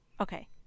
Okay